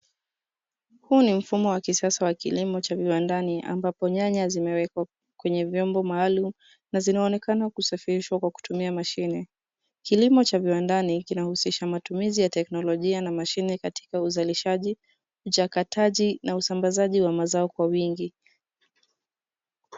Huu ni mfumo wa kisasa wa kilimo cha viwandani ambapo nyanya zimewekwa kwenye vyombo maalum na zinaonekana kusafirishwa kwa kutumia mashine. Kilimo cha viwandani, kinahusisha matumizi ya teknolojia na mashine katika uzalishaji, jakataji na usambazaji wa mazao kwa wingi.